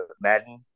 Madden